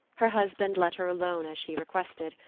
her husband let her alone as she requested,